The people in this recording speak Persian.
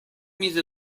میز